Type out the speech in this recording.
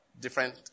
different